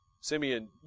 Simeon